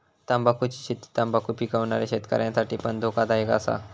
तंबाखुची शेती तंबाखु पिकवणाऱ्या शेतकऱ्यांसाठी पण धोकादायक असा